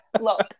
Look